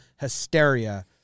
hysteria